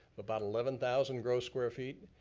about eleven thousand gross square feet,